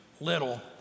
little